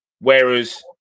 Whereas